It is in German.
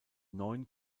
neun